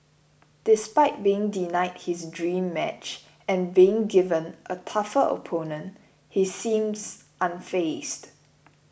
despite being denied his dream match and being given a tougher opponent he seems unfazed